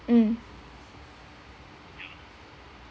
mm